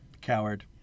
Coward